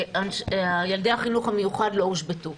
ילדי החינוך המיוחד לא הושבתו.